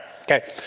okay